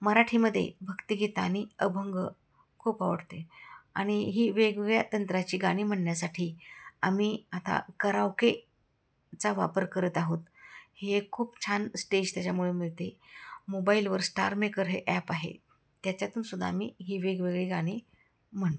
मराठीमध्ये भक्तगीत आणि अभंग खूप आवडते आणि ही वेगवेगळ्या तंत्राची गाणी म्हणण्यासाठी आम्ही आता करावके चा वापर करत आहोत हे खूप छान स्टेज त्याच्यामुळे मिळते मोबाईलवर स्टारमेकर हे ॲप आहे त्याच्यातूनसुद्धा आम्ही ही वेगवेगळी गाणी म्हणतो